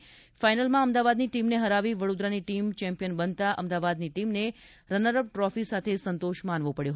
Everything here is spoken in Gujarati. જેમાં ફાઈનલમાં અમદાવાદની ટીમને હરાવી વડોદરાની ટીમ ચેમ્પિયન બનતા અમદાવાદની ટીમને રનરઅપ ટ્રોફી સાથે સંતોષ માનવો પડ્યો